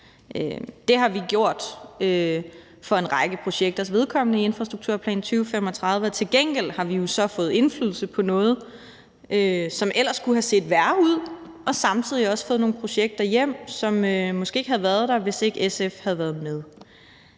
Det har vi gjort for en række projekters vedkommende i Infrastrukturplan 2035. Til gengæld har vi også fået indflydelse på noget, som ellers kunne have set værre ud, og samtidig har vi også fået nogle projekter igennem, som måske ikke havde været der, hvis ikke SF havde været med.